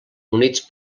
units